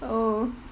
oh